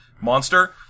monster